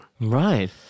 Right